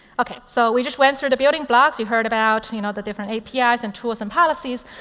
ok. so we just went through the building blocks. you heard about you know the different apis and tools and policies.